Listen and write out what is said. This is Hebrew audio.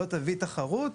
לא תביא תחרות,